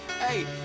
Hey